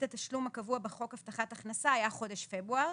התשלום הקבוע בחוק הבטחת הכנסה היה חודש פברואר,